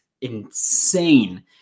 insane